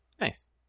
Nice